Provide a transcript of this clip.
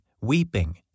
weeping